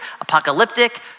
apocalyptic